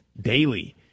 daily